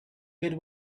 good